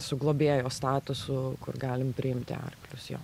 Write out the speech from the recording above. su globėjo statusu kur galim priimti arklius jo